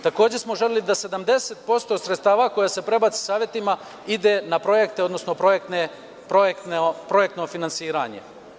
Takođe smo želeli da 70% sredstava koja se prebace Savetima ide na projekte, odnosno projektno finansiranje.